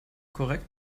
korrekt